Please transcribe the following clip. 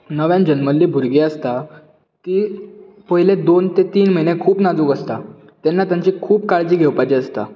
नव्यान जल्मल्लीं भुरगीं आसता ती पयल्या दोन ते तीन म्हयने खूब नाजूक आसता तेन्ना तांची खूब काळजी घेवपाची आसता